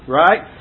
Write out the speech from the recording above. right